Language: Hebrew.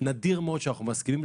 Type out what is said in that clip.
נדיר מאוד שאנחנו מסכימים,